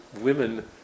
women